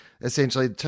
essentially